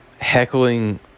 heckling